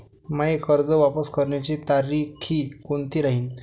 मायी कर्ज वापस करण्याची तारखी कोनती राहीन?